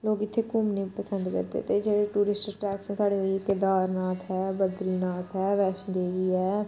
लोक इत्थै घूमने पसंद करदे ते जेह्ड़े टूरिस्ट ट्रैक न साढ़े कैदारनाथ ऐ बद्रीनाथ ऐ बैश्णो देवी ऐ